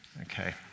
Okay